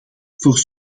voor